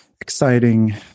exciting